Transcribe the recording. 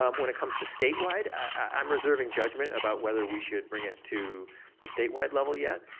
um when it comes to statewide, i'm reserving judgement about whether we should bring it to the statewide level yet.